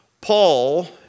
Paul